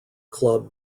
club